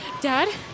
Dad